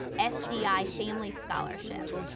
sdi family scholarship.